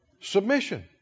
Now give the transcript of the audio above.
Submission